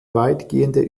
weitgehende